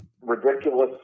ridiculous